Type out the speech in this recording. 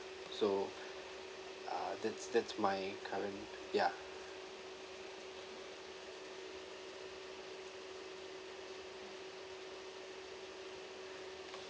so uh that's that's my current ya